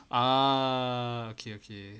ah okay okay